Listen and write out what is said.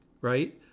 right